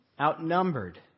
outnumbered